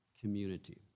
community